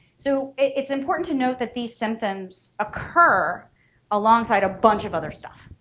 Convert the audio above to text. so it's important to note that these symptoms occur alongside a bunch of other stuff.